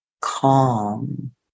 calm